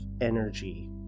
energy